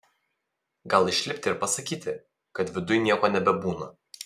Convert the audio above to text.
gal išlipti ir pasakyti kad viduj nieko nebebūna